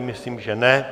Myslím, že ne.